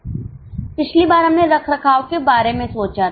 पिछली बार हमने रखरखाव के बारे में सोचा था